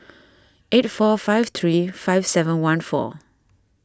eight four five three five seven one four